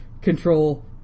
control